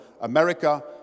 America